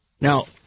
Now